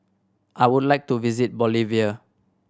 I would like to visit Bolivia